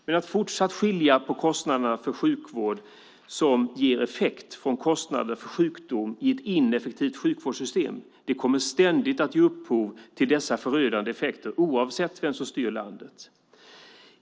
Men att fortsatt skilja på kostnaderna för sjukvård som ger effekt från kostnader för sjukdom i ett ineffektivt sjukvårdssystem kommer ständigt att ge upphov till dessa förödande effekter, oavsett vem som styr landet.